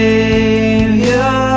Savior